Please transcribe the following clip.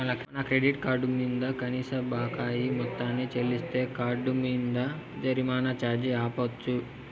మన credit card మింద కనీస బకాయి మొత్తాన్ని చెల్లిస్తే కార్డ్ మింద జరిమానా ఛార్జీ ఆపచ్చు